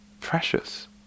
precious